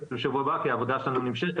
את זה בשבוע הבא כי העבודה שלנו נמשכת.